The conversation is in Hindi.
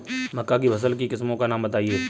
मक्का की फसल की किस्मों का नाम बताइये